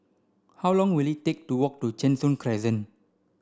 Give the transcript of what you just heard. how long will it take to walk to Cheng Soon Crescent